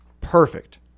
Perfect